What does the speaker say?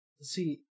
see